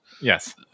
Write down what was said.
Yes